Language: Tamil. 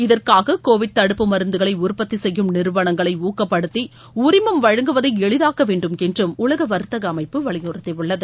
இதற்காக கோவிட் தடுப்பு மருந்துகளை உற்பத்தி செய்யும் நிறுவனங்களை ஊக்கப்படுத்தி உரிமம் வழங்குவதை எளிதாக்க வேண்டும் என்றும் உலக வர்த்தக அமைப்பு வலியுறுத்தியுள்ளது